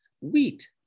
wheat